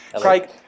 Craig